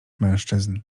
mężczyzn